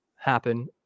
happen